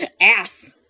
Ass